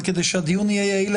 אבל כדי שהדיון יהיה יעיל,